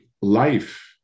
Life